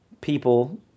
people